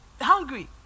hungry